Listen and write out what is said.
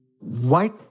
White